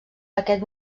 aquest